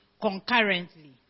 concurrently